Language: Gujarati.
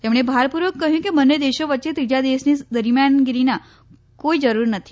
તેમણે ભારપૂર્વક કહ્વું કે બંને દેશો વચ્ચે ત્રીજા દેશની દરમીયાનગીરીની કોઈ જરૂર નથી